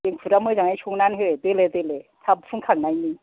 एंखुरा मोजाङै संनानै हो दोलो दोलो थाब फुंखांनायनि